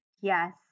Yes